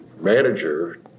manager